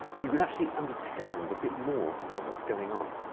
you can actually understand a bit more about what's going on.